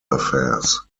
affairs